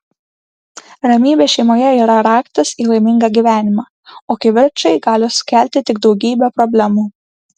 ramybė šeimoje yra raktas į laimingą gyvenimą o kivirčai gali sukelti tik daugybę problemų